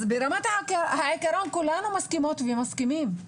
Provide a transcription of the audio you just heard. אז ברמת העיקרון, כולנו מסכימות ומסכימים.